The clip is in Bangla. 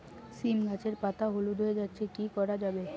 সীম গাছের পাতা হলুদ হয়ে যাচ্ছে কি করা যাবে?